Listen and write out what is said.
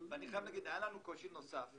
לנו קושי נוסף,